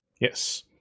Yes